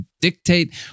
dictate